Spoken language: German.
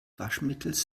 waschmittels